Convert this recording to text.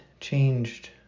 changed